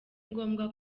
ngombwa